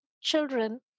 children